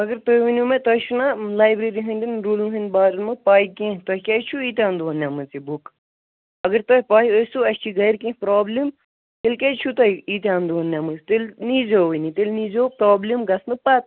مگر تُہۍ ؤنِو مےٚ تۄہہِ چھو نَہ لایبریٚری ہِنٛدٮ۪ن روٗلَن بارَن منٛز پاے کیٚنٛہہ تۄہہِ کیاز چھو یٖتِہَن دۄہَن نِمٕژ یہِ بُک اگر تۄہہِ پاے ٲسوٕ اسہِ چھُ گَرِ کیٚنٛہہ پرابلِم تیٚلہِ کیاز چھو تۄہہِ یٖتِہَن دُہَن نِمٕژ تیٚلہِ نیٖزٮ۪ووٕے نہٕ تیٚلہِ نیٖزٮ۪و پرابلِم گَژھنہٕ پَتہٕ